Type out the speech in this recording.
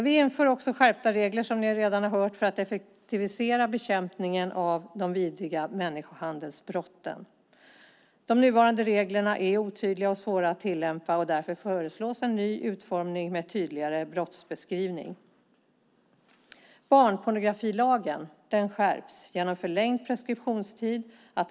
Som ni redan har hört inför vi också skärpta regler för att effektivisera bekämpningen av de vidriga människohandelsbrotten. De nuvarande reglerna är otydliga och svåra att tillämpa. Därför föreslås en ny utformning med tydligare brottsbeskrivning. Barnpornografilagen skärps genom förlängd preskriptionstid.